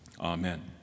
Amen